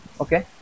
Okay